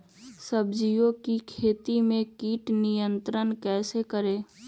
सब्जियों की खेती में कीट नियंत्रण कैसे करें?